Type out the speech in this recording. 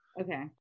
Okay